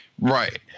Right